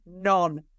None